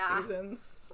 seasons